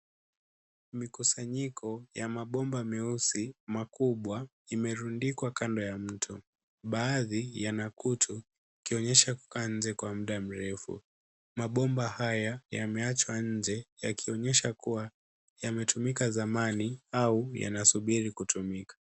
Mikusanyiko ya mabomba meusi makubwa imerundikwa kando ya mto. Baadhi yana kutu ikionyesha kukaa nje kwa muda mrefu. Mabomba haya yameachwa nje yakionyesha kuwa yametumika zamani au yanasubiri kutumika.